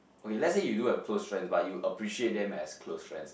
okay let's say you do have close friends but you appreciate them as close friends